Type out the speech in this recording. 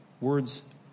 words